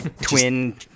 twin